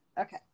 Okay